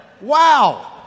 Wow